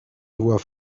voie